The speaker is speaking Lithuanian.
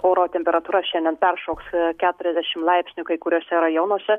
oro temperatūra šiandien peršoks keturiasdešimt laipsnių kai kuriuose rajonuose